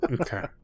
Okay